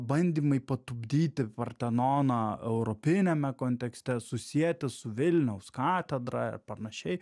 bandymai patupdyti partenoną europiniame kontekste susieti su vilniaus katedra ir panašiai